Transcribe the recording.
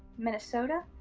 minnesota,